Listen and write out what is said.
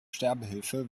sterbehilfe